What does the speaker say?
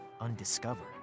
undiscovered